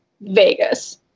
vegas